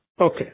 Okay